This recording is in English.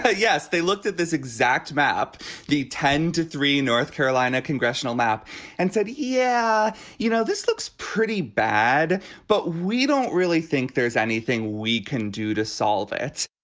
ah yes they looked at this exact map the ten to three north carolina congressional map and said yeah you know this looks pretty bad but we don't really think there's anything we can do to solve it